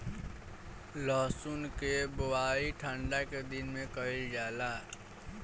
लहसुन के बोआई ठंढा के दिन में कइल जाला